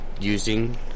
using